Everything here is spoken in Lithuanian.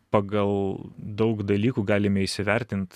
pagal daug dalykų galime įsivertint